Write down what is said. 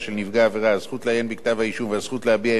הזכות לעיין בכתב-האישום והזכות להביע עמדה לעניין הסדרי